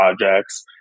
projects